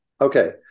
Okay